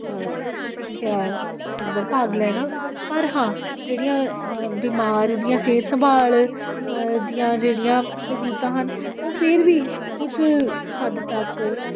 ਸਿੱਖਿਆ ਕੇਂਦਰ ਭਾਗ ਲੈਣਾ ਪਰ ਹਾਂ ਜਿਹੜੀਆਂ ਬਿਮਾਰੀ ਦੀਆਂ ਸਿਹਤ ਸੰਭਾਲ ਦੀਆਂ ਜਿਹੜੀਆਂ ਸਹੂਲਤਾਂ ਹਨ ਉਹ ਫਿਰ ਵੀ ਕੁਝ ਹੱਦ ਤੱਕ